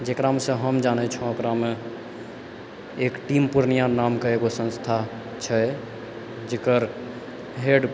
जकरामेसँ हम जानै छौँ ओकरामे एक टीम पूर्णिया नामके एगो संस्था छै जकर हेड